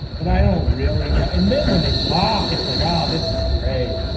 but i don't really know. and then when they talk, it's like, god, this is great.